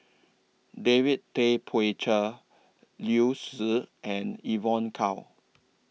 David Tay Poey Cher Liu Si and Evon Kow